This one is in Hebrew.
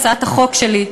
הצעת החוק שלי,